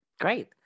Great